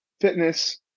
fitness